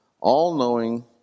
all-knowing